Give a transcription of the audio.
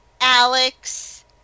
Alex